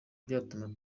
byatuma